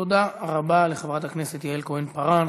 תודה רבה לחברת הכנסת יעל כהן-פארן.